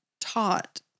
taught